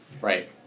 Right